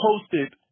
posted